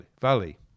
valley